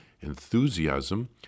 enthusiasm